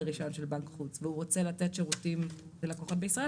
רישיון של בנק חוץ והוא רוצה לתת שירותים ללקוחות בישראל